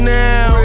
now